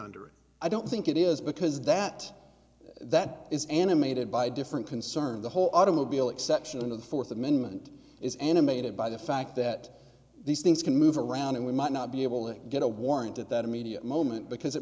under it i don't think it is because that that is animated by different concern the whole automobile exception of the fourth amendment is animated by the fact that these things can move around and we might not be able to get a warrant at that immediate moment because it